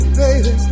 baby